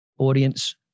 audience